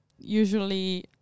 usually